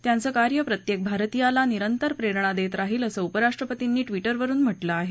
त्यांचं कार्य प्रत्येक भारतीयाला निरंतर प्रेरणा देत राहील असं उपराष्ट्रपतींनी ट्विटरवरून म्हटलं आहे